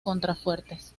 contrafuertes